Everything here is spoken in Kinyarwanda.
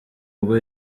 ubwo